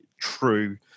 true